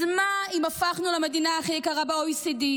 אז מה אם הפכנו למדינה הכי יקרה ב-OECD?